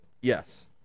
Yes